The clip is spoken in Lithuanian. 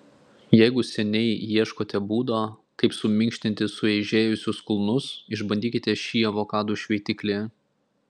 jeigu seniai ieškote būdo kaip suminkštinti sueižėjusius kulnus išbandykite šį avokadų šveitiklį